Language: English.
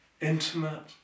intimate